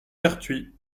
pertuis